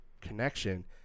connection